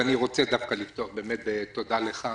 אני רוצה לפתוח בתודה לך.